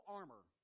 armor